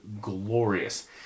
glorious